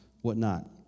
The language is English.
whatnot